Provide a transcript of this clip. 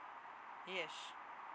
yes